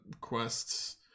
quests